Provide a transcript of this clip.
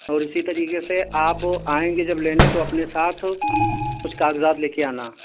اور اسی طریقے سے آپ آئیں گے جب لینے کو اپنے ساتھ کچھ کاغذات لے کے آنا